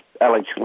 Alex